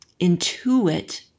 intuit